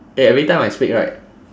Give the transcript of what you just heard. eh every time I speak right